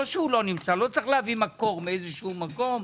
לא צריך להביא מקום מאיזשהו מקום.